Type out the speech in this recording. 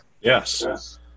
Yes